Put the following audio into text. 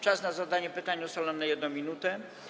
Czas na zadanie pytań ustalam na 1 minutę.